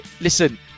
Listen